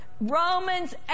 Romans